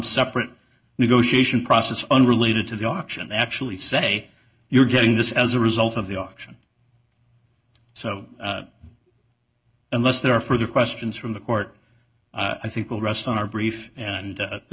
separate negotiation process unrelated to the auction and actually say you're getting this as a result of the auction so unless there are further questions from the court i think will rest on our brief and